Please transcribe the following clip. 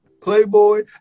Playboy